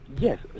Yes